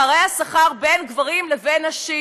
פערי השכר בין גברים לנשים.